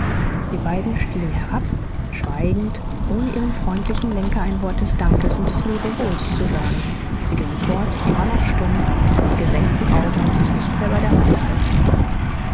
die beiden stiegen herab schweigend ohne ihrem freundlichen lenker ein wort des dankes und des lebewohls zu sagen sie gingen fort immer noch stumm mit gesenkten augen und sich nicht mehr bei der hand haltend